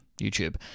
youtube